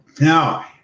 now